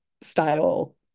style